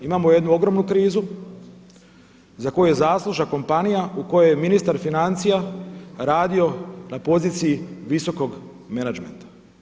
Imamo jednu ogromnu krizu za koju je zaslužna kompanija u kojoj je ministar financija radio na poziciji visokog menadžmenta.